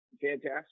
fantastic